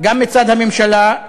גם מצד הממשלה,